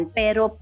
pero